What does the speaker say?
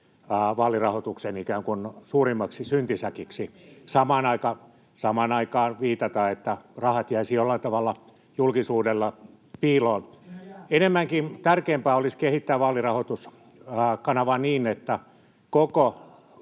vaalirahoituksen ikään kuin suurimmaksi syntisäkiksi ja samaan aikaan viitata, että rahat jäisivät jollain tavalla julkisuudelta piiloon. [Oikealta: Nehän jää!] Tärkeämpää olisi kehittää vaalirahoituskanavaa niin, että koko